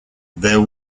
there